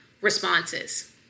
responses